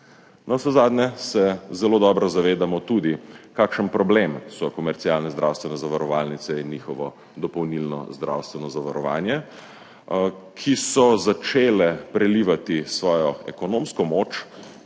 Navsezadnje se zelo dobro zavedamo tudi, kakšen problem so komercialne zdravstvene zavarovalnice in njihovo dopolnilno zdravstveno zavarovanje, te so začele prelivati svojo ekonomsko moč